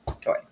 toy